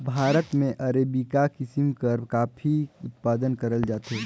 भारत में अरेबिका किसिम कर काफी उत्पादन करल जाथे